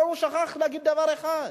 הוא שכח להגיד דבר אחד,